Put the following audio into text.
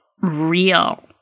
real